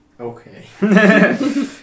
Okay